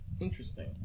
Interesting